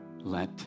let